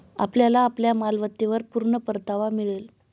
आपल्याला आपल्या मालमत्तेवर पूर्ण परतावा मिळेल